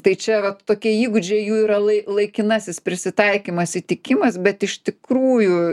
tai čia vat tokie įgūdžiai jų yra lai laikinasis prisitaikymas įtikimas bet iš tikrųjų